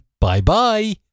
bye-bye